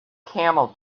camel